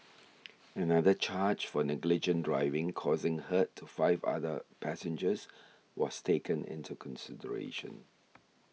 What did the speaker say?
another charge for negligent driving causing hurt to five other passengers was taken into consideration